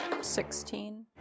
Sixteen